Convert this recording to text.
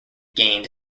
gained